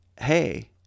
hey